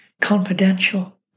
confidential